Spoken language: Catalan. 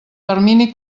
termini